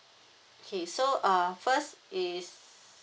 okay so uh first is